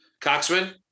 Coxman